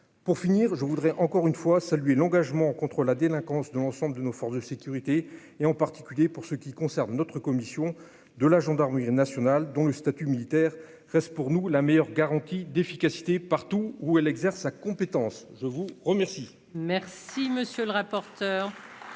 pour finir, je voudrais encore une fois saluer l'engagement contre la délinquance, de l'ensemble de nos forces de sécurité et en particulier pour ce qui concerne notre commission de la gendarmerie nationale, dont le statut militaire, reste pour nous la meilleure garantie d'efficacité partout où elle exerce sa compétence, je vous remercie. Merci, monsieur le rapporteur,